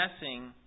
guessing